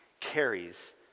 carries